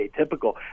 atypical